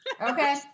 Okay